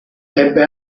ebbe